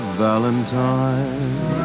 valentine